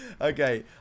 Okay